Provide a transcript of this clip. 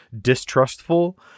distrustful